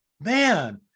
man